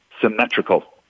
symmetrical